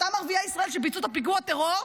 אותם ערביי ישראל שביצעו את הפיגוע טרור,